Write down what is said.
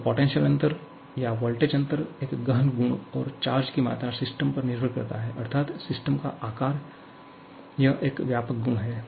तो पोटेंशिअल अंतर या वोल्टेज अंतर एक गहन गुण और चार्ज की मात्रा सिस्टम पर निर्भर करता है अर्थात सिस्टम का आकार यह एक व्यापक गुण है